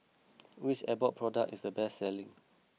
which Abbott product is the best selling